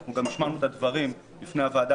אנחנו גם השמענו את הדברים בפני הוועדה